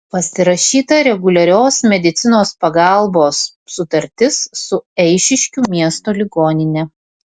pasirašyta reguliarios medicinos pagalbos sutartis su eišiškių miesto ligonine